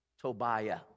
Tobiah